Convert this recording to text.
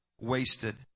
Wasted